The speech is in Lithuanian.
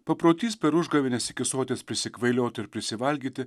paprotys per užgavėnes iki soties prisikvailioti ir prisivalgyti